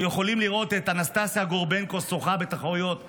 יכולים לראות את אנסטסיה גורבנקו שוחה בתחרויות שחייה.